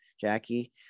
Jackie